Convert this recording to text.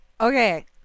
Okay